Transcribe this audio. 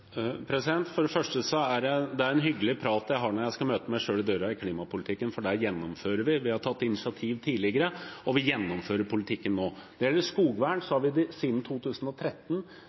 For det første er det en hyggelig prat jeg har når jeg møter meg selv i døren i klimapolitikken, for der gjennomfører vi. Vi har tatt initiativ tidligere, og vi gjennomfører politikken nå. Når det gjelder skogvern, har vi hvert eneste år siden 2013